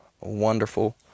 wonderful